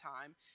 time